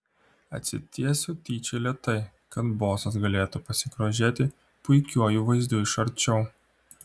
atsitiesiu tyčia lėtai kad bosas galėtų pasigrožėti puikiuoju vaizdu iš arčiau